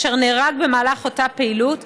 אשר נהרג במהלך אותה פעילות,